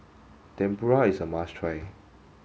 tempura is a must try